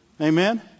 Amen